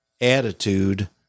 attitude